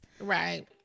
Right